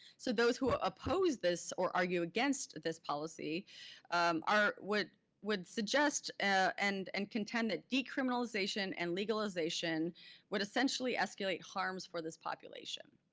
so those who oppose this or argue against this policy would would suggest and and contend that decriminalization and legalization would essentially escalate harms for this population.